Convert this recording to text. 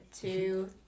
two